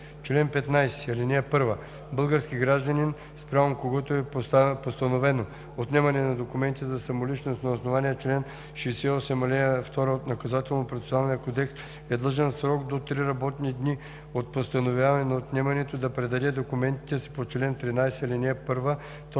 „Чл. 15. (1) Български гражданин, спрямо когото е постановено отнемане на документите за самоличност на основание чл. 68, ал. 2 от Наказателно-процесуалния кодекс, е длъжен в срок до три работни дни от постановяване на отнемането да предаде документите си по чл. 13, ал. 1, т.